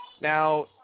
Now